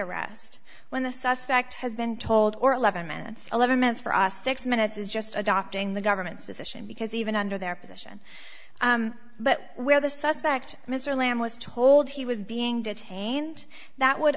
arrest when the suspect has been told or eleven minutes eleven minutes for us six minutes is just adopting the government's position because even under their position but where the suspect mr lamb was told he was being detained that would